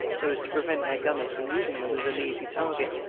so as to prevent our gunners from using them as an easy target.